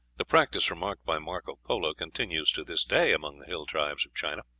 the practice remarked by marco polo continues to this day among the hill-tribes of china.